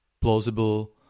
plausible